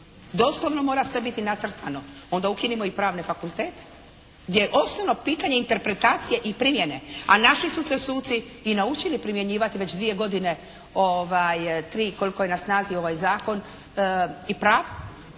Doslovno mora sve biti nacrtano. Onda ukinimo i pravne fakultete gdje je osnovno pitanje interpretacije i primjene, a naši su se suci i naučili primjenjivati već dvije godine, tri koliko je na snazi ovaj Zakon i pravo